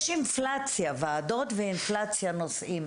יש אינפלציה בוועדות ואינפלציה של נושאים.